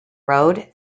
road